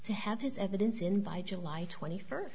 to have his evidence in by july twenty first